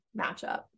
matchup